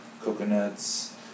coconuts